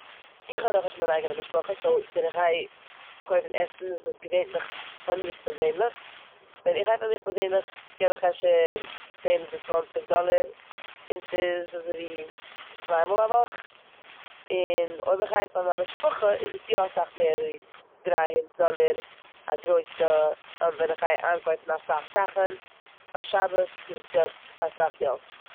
איך האב נאכנישט מיין אייגענע משפחה סאו ווען איך גיי קויפן עסן איז עס געווענטליך פאר מיך פערזענליך. ווען איך דיי פאר מיך פערזענליך גיב איך אפשר צען אדער צוואנציג דאללעראון ס'איז אזויווי צוויי מאל א וואך און אויב איך גיי פאר מיין משפחה איז עס יא אסאך מער אזויווי דריי הונדערט דאללערא גרויסע- ווען איך גיי איינקויפן אסאך זאכן פאר שבת איז עס יא אסאך געלט.